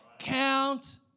Count